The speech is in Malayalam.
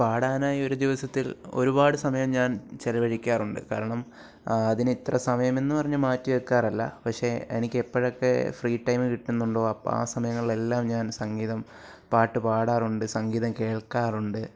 പാടാനായി ഒരു ദിവസത്തിൽ ഒരുപാട് സമയം ഞാൻ ചിലവഴിക്കാറുണ്ട് കാരണം അതിനിത്ര സമയമെന്ന് പറഞ്ഞ് മാറ്റി വയ്ക്കാറില്ല പക്ഷേ എനിക്ക് എപ്പോഴൊക്കെ ഫ്രീ ടൈം കിട്ടുന്നുണ്ടോ അപ്പം ആ സമയങ്ങളിലെല്ലാം ഞാൻ സംഗീതം പാട്ട് പാടാറുണ്ട് സംഗീതം കേൾക്കാറുണ്ട്